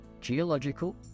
geological